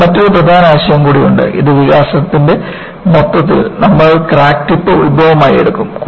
നമുക്ക് മറ്റൊരു പ്രധാന ആശയം കൂടി ഉണ്ട് ഈ വികാസത്തിന്റെ മൊത്തത്തിൽ നമ്മൾ ക്രാക്ക് ടിപ്പ് ഉത്ഭവമായി എടുക്കും